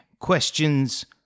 questions